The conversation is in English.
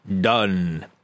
done